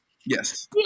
Yes